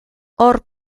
hor